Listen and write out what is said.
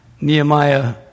Nehemiah